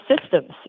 systems